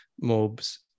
mobs